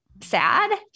sad